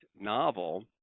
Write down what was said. novel